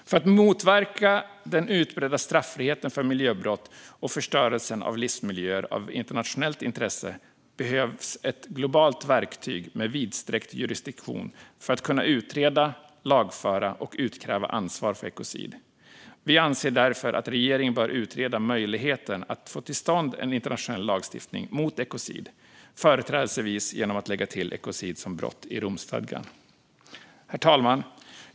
För att motverka den utbredda straffriheten för miljöbrott och förstörelsen av livsmiljöer av internationellt intresse behövs ett globalt verktyg med vidsträckt jurisdiktion för att kunna utreda, lagföra och utkräva ansvar för ekocid. Vi anser därför att regeringen bör utreda möjligheten att få till stånd en internationell lagstiftning mot ekocid, företrädesvis genom att lägga till ekocid som brott i Romstadgan. Herr talman!